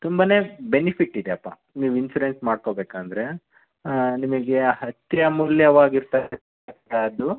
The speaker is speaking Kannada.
ತುಂಬ ಬೆನಿಫಿಟ್ ಇದೆಪ್ಪ ನೀವು ಇನ್ಸುರೆನ್ಸ್ ಮಾಡ್ಕೊಬೇಕು ಅಂದರೆ ನಿಮಗೆ ಅತ್ಯಮೂಲ್ಯವಾಗ್ ಇರ್ತಕ್ಕಂಥದ್ದು